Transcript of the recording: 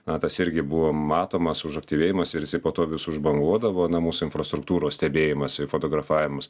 na tas irgi buvo matomas užaktyvėjimas ir jisai po to vis užbanguodavo na mūsų infrastruktūros stebėjimas ir fotografavimas